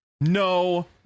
no